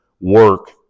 work